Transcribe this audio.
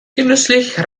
genüsslich